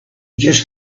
just